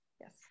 Yes